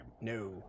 No